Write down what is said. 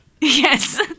yes